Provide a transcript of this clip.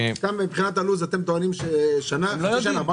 מבחינת הלו"ז אתם טוענים שנה, חצי שנה?